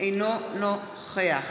אינו נוכח